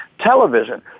television